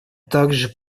также